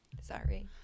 Sorry